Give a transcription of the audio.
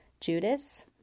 Judas